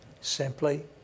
Simply